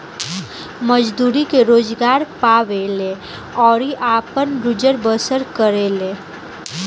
मजदूरी के रोजगार पावेले अउरी आपन गुजर बसर करेले